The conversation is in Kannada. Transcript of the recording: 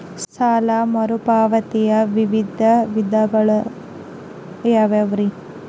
ಸಾಲ ಮರುಪಾವತಿಯ ವಿವಿಧ ವಿಧಾನಗಳು ಯಾವ್ಯಾವುರಿ?